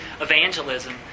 evangelism